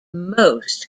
most